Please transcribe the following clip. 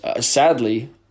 sadly